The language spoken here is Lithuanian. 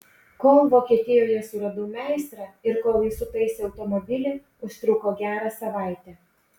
kol vokietijoje suradau meistrą ir kol jis sutaisė automobilį užtruko gerą savaitę